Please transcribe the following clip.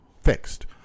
fixed